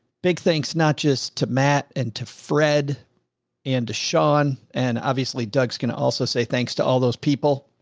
big, thanks. not just to matt and to fred and to sean. and obviously doug's can also say thanks to all those people,